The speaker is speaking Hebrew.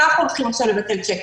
אנחנו הולכים עכשיו לבטל צ'קים.